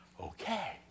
okay